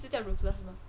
额是叫 ruthless 吗